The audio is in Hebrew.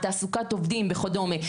תעסוקת עובדים וכדומה.